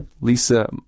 Lisa